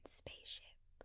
spaceship